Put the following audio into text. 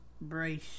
brace